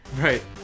Right